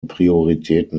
prioritäten